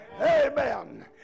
Amen